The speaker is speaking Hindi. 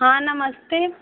हाँ नमस्ते